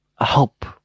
help